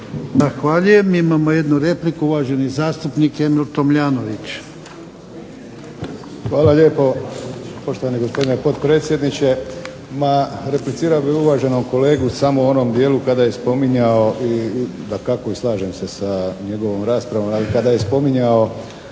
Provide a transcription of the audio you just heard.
Emil (HDZ)** Poštovani gospodine potpredsjedniče. Replicirao bih uvaženog kolegu samo u onom dijelu kada je spominjao i dakako slažem se sa njegovom raspravom, kada je spominjao